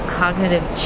cognitive